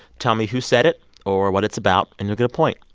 tell me who said it or what it's about, and you'll get a point.